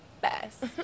best